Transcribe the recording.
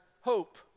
hope